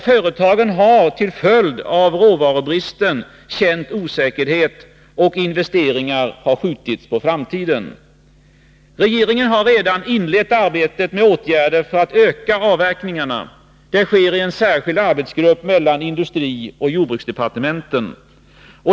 Företagen har till följd av råvarubristen känt osäkerhet, och investeringar har skjutits på framtiden. Regeringen har redan inlett arbetet med åtgärder för att öka avverkningarna. Det sker i en särskild arbetsgrupp inom industrioch jordbruksdepartementen.